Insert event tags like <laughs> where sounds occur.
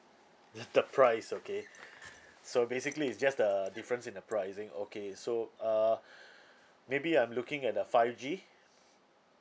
<laughs> the price okay <breath> so basically it's just the difference in the pricing okay so uh <breath> maybe I'm looking at the five G <breath>